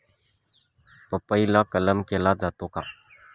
पपईला कलम केला जातो का?